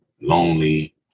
lonely